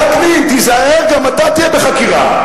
וקנין, תיזהר, גם אתה תהיה בחקירה.